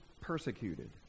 persecuted